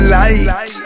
light